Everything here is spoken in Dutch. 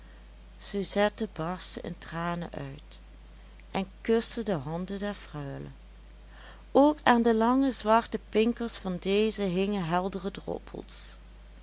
suzette barstte in tranen uit en kuste de handen der freule ook aan de lange zwarte pinkers van deze hingen heldere droppels